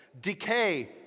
Decay